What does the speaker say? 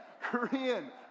Korean